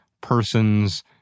person's